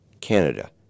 Canada